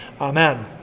Amen